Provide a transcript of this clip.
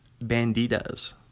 banditas